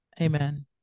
Amen